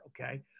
okay